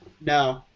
No